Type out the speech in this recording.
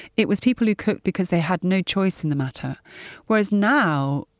it was people who cook because they had no choice in the matter whereas now,